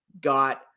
got